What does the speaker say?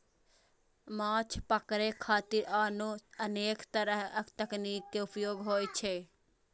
माछ पकड़े खातिर आनो अनेक तरक तकनीक के उपयोग होइ छै